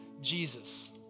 Jesus